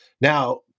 Now